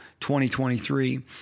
2023